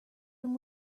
him